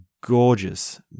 gorgeous